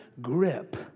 grip